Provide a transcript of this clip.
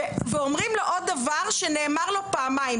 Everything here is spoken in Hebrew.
ואומרים לו עוד דבר שנאמר לו פעמיים,